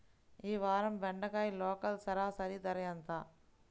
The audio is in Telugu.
ఈ వారం బెండకాయ లోకల్ సరాసరి ధర ఎంత?